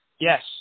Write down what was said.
yes